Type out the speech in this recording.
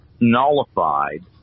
nullified